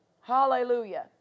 Hallelujah